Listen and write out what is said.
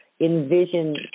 envision